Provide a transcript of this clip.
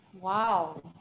Wow